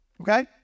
Okay